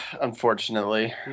unfortunately